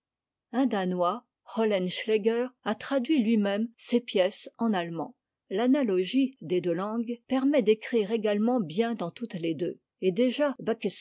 un danois oehtenschtceger a traduit tui même ses pièces en allemand l'analogie des deux langues permet d'écrire également bien dans toutes les deux et déjà